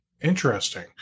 Interesting